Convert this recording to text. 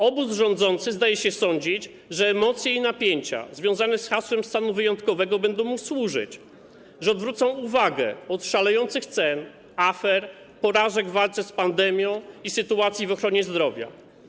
Obóz rządzący zdaje się sądzić, że emocje i napięcia związane z hasłem: stan wyjątkowy będą mu służyć, że odwrócą uwagę od szalejących cen, afer, porażek w walce z pandemią i sytuacji w ochronie zdrowia.